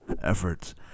efforts